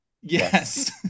Yes